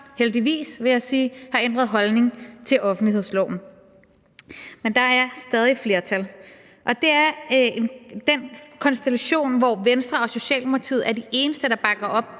heldigvis, vil jeg sige – har ændret holdning til offentlighedsloven. Men der er stadig et flertal, og den konstellation, hvor Venstre og Socialdemokratiet er de eneste, der bakker op